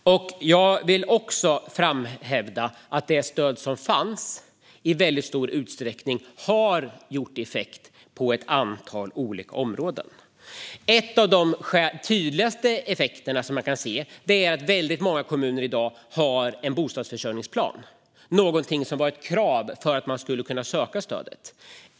Jag vill också framhålla att det stöd som fanns i stor utsträckning har haft effekt på ett antal olika områden. En av de tydligaste effekterna är att många kommuner i dag har en bostadsförsörjningsplan. Det var ett krav för att få söka stödet.